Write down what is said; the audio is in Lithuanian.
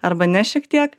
arba ne šiek tiek